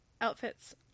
outfits